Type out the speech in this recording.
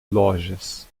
lojas